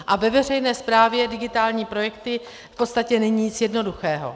A ve veřejné správě digitální projekty v podstatě není nic jednoduchého.